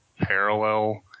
parallel